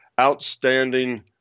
outstanding